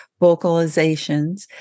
vocalizations